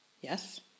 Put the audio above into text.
Yes